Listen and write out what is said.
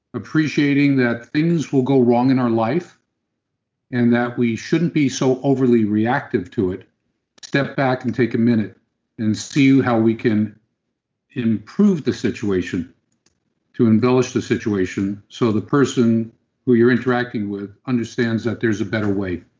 appreciating that things will go wrong in our life and that we shouldn't be so overly reactive to it step back and take a minute and see how we can improve the situation to embellish the situation so the person who you're interacting with understands that there's a better way.